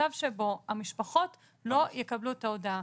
מצב שבו המשפחות לא יקבלו את ההודעה.